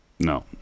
No